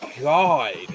god